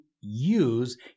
use